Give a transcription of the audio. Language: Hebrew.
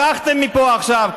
ברחתם מפה עכשיו,